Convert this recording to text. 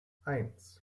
eins